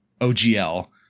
OGL